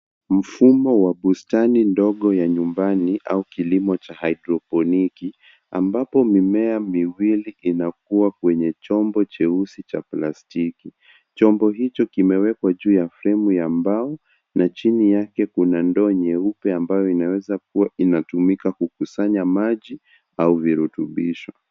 Mfumo wa bustani ndogo ya nyumbani au kilimo cha haidroponiki, ambapo mimea miwili inakua kwenye chombo cheusi cha plastiki. Chombo hicho kimewekwa juu ya fremu ya mbao, na chini yake kuna ndoo nyeupe ambayo inaweza kuwa inatumika kukusanya maji au virutubisho.